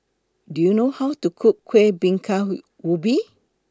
Do YOU know How to Cook Kueh Bingka Ubi